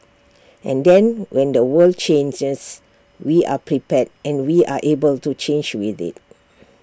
and then when the world changes we are prepared and we are able to change with IT